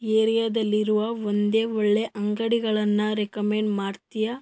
ಏರಿಯಾದಲ್ಲಿರುವ ಒಂದೇ ಒಳ್ಳೆಯ ಅಂಗಡಿಗಳನ್ನು ರೆಕಮೆಂಡ್ ಮಾಡ್ತೀಯಾ